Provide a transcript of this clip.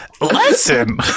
listen